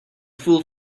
fool